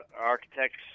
architects